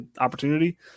opportunity